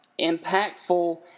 impactful